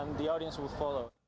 the audience will follow.